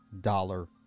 dollar